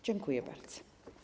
Dziękuję bardzo.